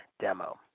demo